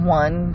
one